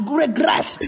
regret